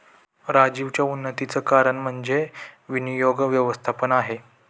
राजीवच्या उन्नतीचं कारण म्हणजे विनियोग व्यवस्थापन आहे